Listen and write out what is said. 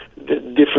different